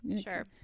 Sure